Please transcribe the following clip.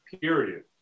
period